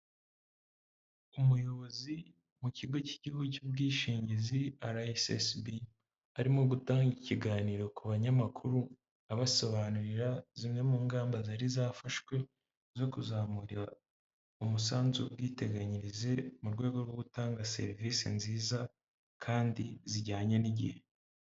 Umuyobozi mu kigo cy'igihugu cy'ubwishingizi RSSB arimo gutanga ikiganiro ku banyamakuru abasobanurira zimwe mu ngamba zari zafashwe zo kuzamura umusanzu ubwiteganyirize mu rwego rwo gutanga serivise nziza kandi zijyanye n'igihe.